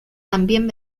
también